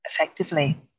effectively